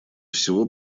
всего